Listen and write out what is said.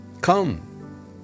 come